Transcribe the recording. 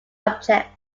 objects